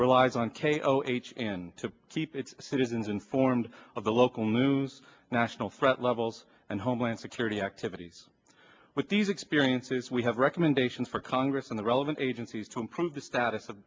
relies on k o h in to keep its citizens informed of the local moose national threat levels and homeland security activities with these experiences we have recommendations for congress and the relevant agencies to improve the status of